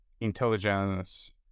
intelligence